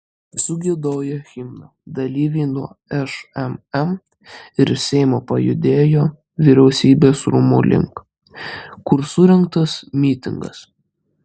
sugiedoję himną dalyviai nuo šmm ir seimo pajudėjo vyriausybės rūmų link kur surengtas mitingas